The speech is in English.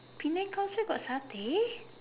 Penang culture for satay